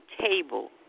table